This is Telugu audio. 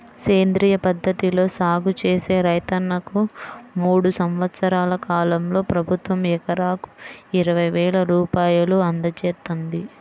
సేంద్రియ పద్ధతిలో సాగు చేసే రైతన్నలకు మూడు సంవత్సరాల కాలంలో ప్రభుత్వం ఎకరాకు ఇరవై వేల రూపాయలు అందజేత్తంది